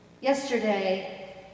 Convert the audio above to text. Yesterday